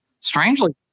Strangely